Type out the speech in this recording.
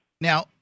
Now